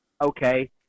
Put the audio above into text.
okay